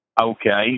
Okay